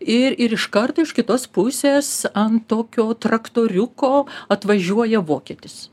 ir ir iškart iš kitos pusės ant tokio traktoriuko atvažiuoja vokietis